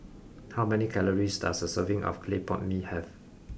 how many calories does a serving of clay pot mee have